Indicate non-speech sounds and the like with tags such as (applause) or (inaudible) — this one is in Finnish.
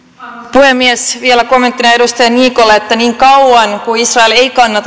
puhemies vielä kommenttina edustaja niikolle että niin kauan kuin israel ei kanna (unintelligible)